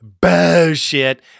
bullshit